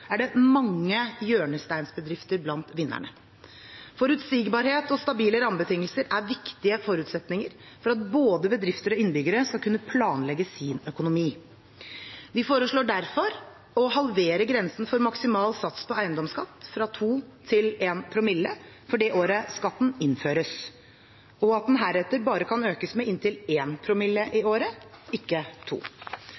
er det mange hjørnesteinsbedrifter blant vinnerne. Forutsigbarhet og stabile rammebetingelser er viktige forutsetninger for at både bedrifter og innbyggere skal kunne planlegge sin økonomi. Vi foreslår derfor å halvere grensen for maksimal sats på eiendomsskatt fra 2 promille til 1 promille for det året skatten innføres, og at den heretter bare kan økes med inntil 1 promille i